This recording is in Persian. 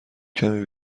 کمی